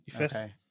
Okay